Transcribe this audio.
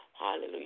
Hallelujah